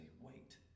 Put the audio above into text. wait